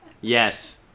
Yes